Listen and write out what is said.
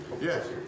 Yes